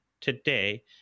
today